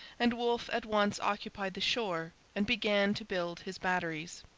and wolfe at once occupied the shore and began to build his batteries.